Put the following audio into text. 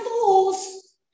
fools